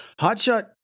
Hotshot